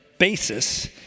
basis